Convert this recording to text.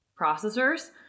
processors